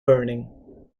burning